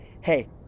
Hey